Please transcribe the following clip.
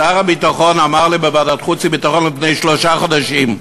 שר הביטחון אמר לי בוועדת החוץ והביטחון לפני שלושה חודשים,